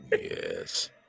yes